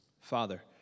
Father